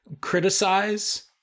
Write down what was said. criticize